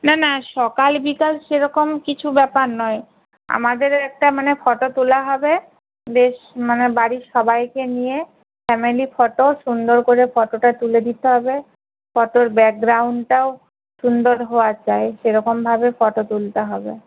না না সকাল বিকাল সেরকম কিছু ব্যাপার নয় আমাদের একটা মানে ফটো তোলা হবে বেশ মানে বাড়ির সবাইকে নিয়ে ফ্যামেলি ফটো সুন্দর করে ফটোটা তুলে দিতে হবে ফটোর ব্যাকগ্রাউন্ডটাও সুন্দর হওয়া চাই সেরকমভাবে ফটো তুলতে হবে